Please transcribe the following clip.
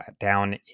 down